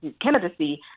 candidacy